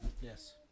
Yes